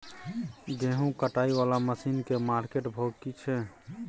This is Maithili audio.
गेहूं कटाई वाला मसीन के मार्केट भाव की छै?